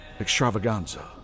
extravaganza